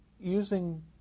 using